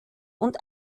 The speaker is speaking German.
und